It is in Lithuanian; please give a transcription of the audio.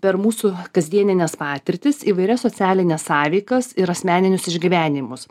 per mūsų kasdienines patirtis įvairias socialines sąveikas ir asmeninius išgyvenimus